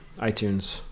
iTunes